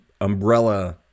umbrella